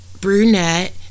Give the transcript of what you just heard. brunette